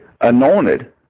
anointed